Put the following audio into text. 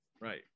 Right